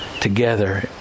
together